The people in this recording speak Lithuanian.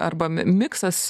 arba miksas